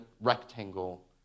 rectangle